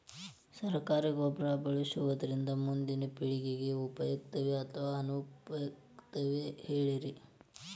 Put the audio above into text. ಸರಕಾರಿ ಗೊಬ್ಬರ ಬಳಸುವುದರಿಂದ ಮುಂದಿನ ಪೇಳಿಗೆಗೆ ಉಪಯುಕ್ತವೇ ಅಥವಾ ಅನುಪಯುಕ್ತವೇ ಹೇಳಿರಿ